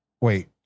Wait